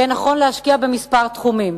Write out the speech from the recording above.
יהיה נכון להשקיע בכמה תחומים: